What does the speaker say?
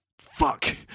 Fuck